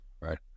Right